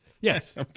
Yes